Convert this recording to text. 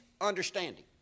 understanding